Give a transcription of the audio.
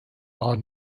are